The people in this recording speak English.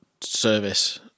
service